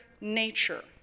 nature